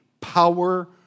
power